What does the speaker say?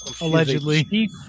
Allegedly